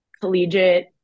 collegiate